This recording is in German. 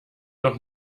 doch